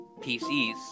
PCs